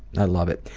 i love it.